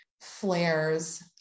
flares